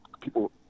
people